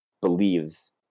believes